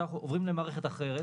עכשיו אנחנו עוברים למערכת אחרת